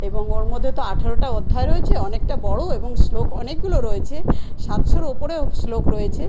এবং ওর মধ্যে তো আঠেরোটা অধ্যায় রয়েছে অনেকটা বড় এবং শ্লোক অনেকগুলো রয়েছে সাতশোর উপরে শ্লোক রয়েছে